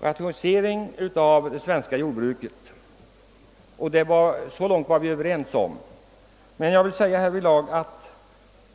rationalisering av det svenska jordbruket. Så långt var vi överens.